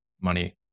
money